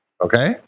okay